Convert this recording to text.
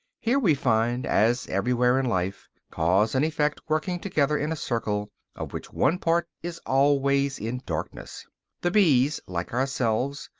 here we find, as everywhere in life, cause and effect working together in a circle of which one part is always in darkness the bees, like ourselves,